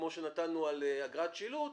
כמו שנתנו על אגרת שילוט,